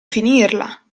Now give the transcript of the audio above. finirla